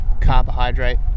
carbohydrate